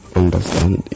understand